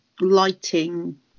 lighting